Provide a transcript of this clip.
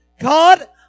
God